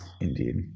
indeed